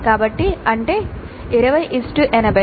కాబట్టి అంటే 2080 లు గా ఉంటాయి